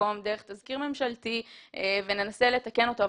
במקום דרך תזכיר ממשלתי וננסה לתקן אותו,